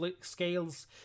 scales